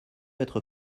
être